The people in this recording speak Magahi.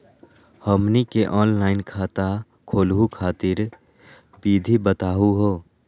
हमनी के ऑनलाइन खाता खोलहु खातिर विधि बताहु हो?